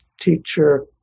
teacher